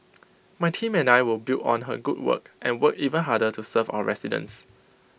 my team and I will build on her good work and work even harder to serve our residents